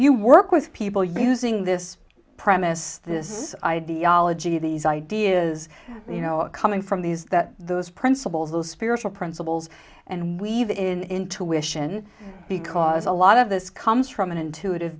you work with people using this premise this ideology these ideas you know coming from these that those principles those spiritual principles and we even intuition because a lot of this comes from an intuitive